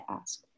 ask